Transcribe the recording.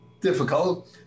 difficult